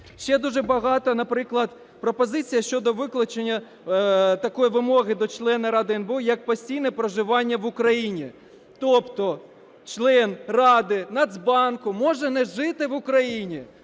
Ще дуже багато… Наприклад, пропозиція щодо виключення такої вимоги до члена Ради НБУ як постійне проживання в Україні. Тобто член Ради Нацбанку може не жити в Україні.